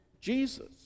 Jesus